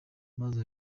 amazi